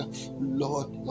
Lord